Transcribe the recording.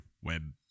web